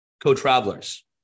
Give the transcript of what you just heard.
co-travelers